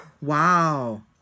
Wow